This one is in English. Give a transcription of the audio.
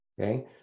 Okay